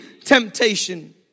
temptation